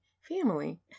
family